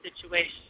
situation